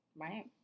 Right